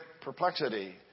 perplexity